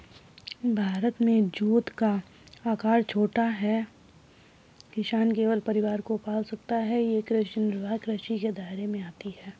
भारत में जोत का आकर छोटा है, किसान केवल परिवार को पाल सकता है ये कृषि निर्वाह कृषि के दायरे में आती है